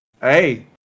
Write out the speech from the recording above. Hey